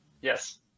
Yes